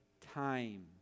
Time